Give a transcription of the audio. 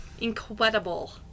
Incredible